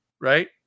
right